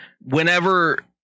whenever